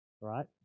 right